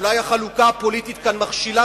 אולי החלוקה הפוליטית כאן מכשילה,